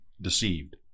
deceived